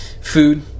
food